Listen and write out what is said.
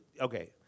okay